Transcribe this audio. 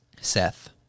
Seth